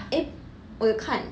eh 我有看